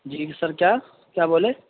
جی sir کیا کیا بولے